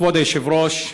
כבוד היושב-ראש,